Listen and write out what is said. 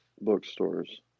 bookstores